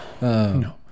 no